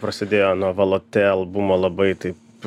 prasidėjo nuo valotte albumo labai taip